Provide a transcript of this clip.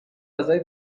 اعضای